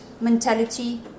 mentality